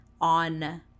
On